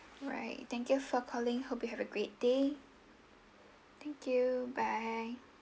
alright thank you for calling hope you have a great day thank you bye